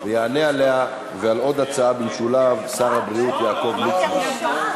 ויענה עליה ועל עוד הצעה במשולב שר הבריאות יעקב ליצמן.